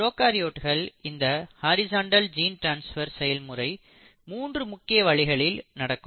ப்ரோகாரியோட்களில் இந்த horizontal gene transfer செயல்முறை மூன்று முக்கிய வழிகளில் நடக்கும்